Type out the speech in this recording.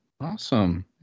Awesome